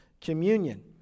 Communion